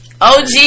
OG